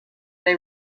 they